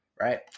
right